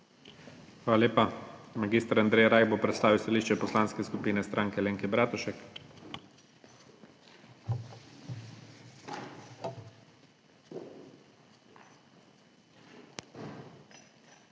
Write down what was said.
Hvala lepa. Mag. Andrej Rajh bo predstavil stališče Poslanske skupine Stranke Alenke Bratušek.